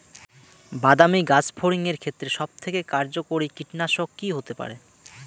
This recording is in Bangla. বাদামী গাছফড়িঙের ক্ষেত্রে সবথেকে কার্যকরী কীটনাশক কি হতে পারে?